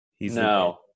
No